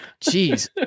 Jeez